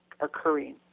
occurring